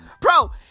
Bro